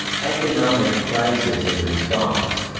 economic crisis and response